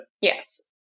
Yes